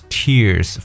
tears